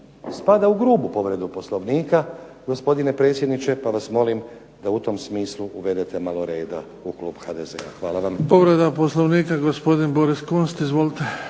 spada u grubu povredu Poslovnika, gospodine predsjedniče, pa vas molim da u tom smislu uvedete malo reda u klub HDZ-a. Hvala vam. **Bebić, Luka (HDZ)** Povreda Poslovnika, gospodin Boris Kunst. Izvolite.